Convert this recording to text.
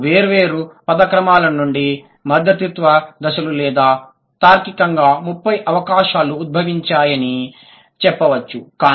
ఆరు వేర్వేరు పద క్రమాల నుండి మధ్యవర్తిత్వ దశలు లేదా తార్కికంగా ముప్పై అవకాశాలు ఉద్భవించాయని చెప్పవచ్చు